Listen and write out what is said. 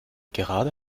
gerade